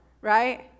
right